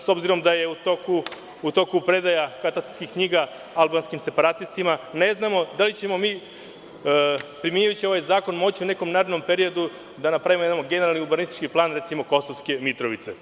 S obzirom da je u toku predaja katastarskih knjiga albanskim separatistima, ne znamo da li ćemo mi primenjujući ovaj zakon moći u nekom narednom periodu da napravimo jedan generalni urbanistički plan, recimo Kosovske Mitrovice.